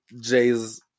Jay's